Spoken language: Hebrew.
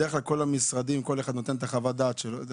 כשמגיע חוק לממשלה בדרך-כלל כל משרד נותן את חוות הדעת שלו.